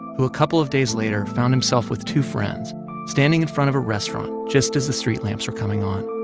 who a couple of days later found himself with two friends standing in front of a restaurant, just as the street lamps were coming on,